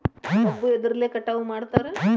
ಕಬ್ಬು ಎದ್ರಲೆ ಕಟಾವು ಮಾಡ್ತಾರ್?